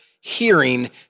hearing